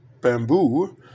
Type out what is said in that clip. bamboo